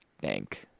Thank